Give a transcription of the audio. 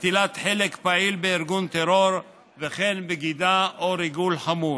נטילת חלק פעיל בארגון טרור וכן בגידה או ריגול חמור.